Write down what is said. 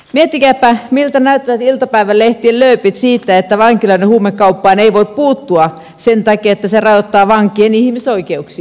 miettikääpä miltä näyttävät iltapäivälehtien lööpit siitä että vankilan huumekauppaan ei voi puuttua sen takia että se rajoittaa vankien ihmisoikeuksia